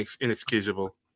inexcusable